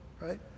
right